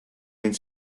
mind